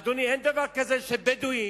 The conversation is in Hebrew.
אדוני, אין דבר כזה שבדואי